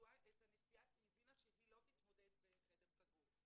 הנסיעה כי היא הבינה שהיא לא תתמודד בחדר סגור.